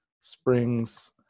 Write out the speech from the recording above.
springs